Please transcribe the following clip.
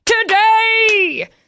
Today